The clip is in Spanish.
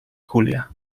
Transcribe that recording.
julia